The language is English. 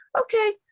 Okay